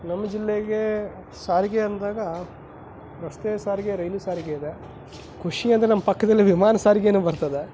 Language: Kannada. ನಮ್ಮ ಜಿಲ್ಲೆಗೆ ಸಾರಿಗೆ ಅಂದಾಗ ರಸ್ತೆ ಸಾರಿಗೆ ರೈಲು ಸಾರಿಗೆ ಇದೆ ಖುಷಿ ಅಂದರೆ ನಮ್ಮ ಪಕ್ಕದಲ್ಲಿ ವಿಮಾನ ಸಾರಿಗೆಯೂ ಬರ್ತದೆ